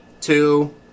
two